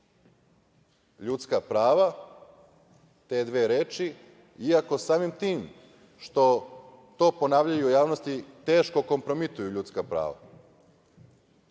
ljudska prava, te dve reči, iako samim tim što to ponavljaju u javnosti, teško kompromituju ljudska prava.